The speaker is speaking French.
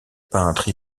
peintre